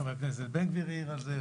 חבר הכנסת בן גביר העיר על זה.